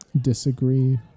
disagree